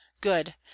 Good